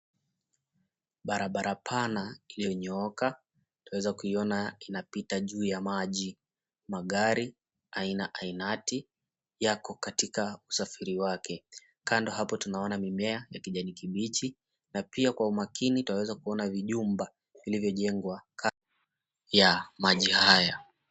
Barabara panda iliyonyooka twaweza kuiona inapita juu ya maji, magari aina ainati yako katika usafiri wake kando hapo tunaona mimea ya kijani kibichi na pia kwa umakini twaeza kuona vijumba vilivyojengwa kando ya maji haya.